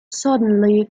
suddenly